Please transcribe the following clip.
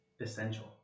essential